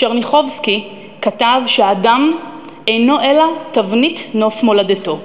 טשרניחובסקי כתב ש"האדם אינו אלא תבנית נוף מולדתו".